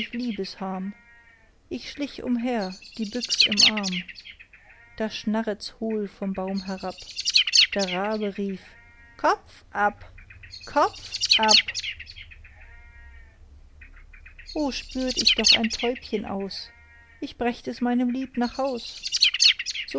liebesharm ich schlich umher die büchs im arm da schnarrets hohl vom baum herab der rabe rief kopf ab kopf ab o spürt ich doch ein täubchen aus ich brächt es meinem lieb nach haus